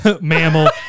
mammal